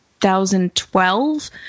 2012